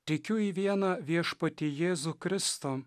tikiu į vieną viešpatį jėzų kristų